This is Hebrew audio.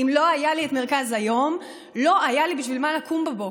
אם לא היה לי את מרכז היום לא היה לי בשביל מה לקום בבוקר.